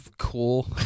cool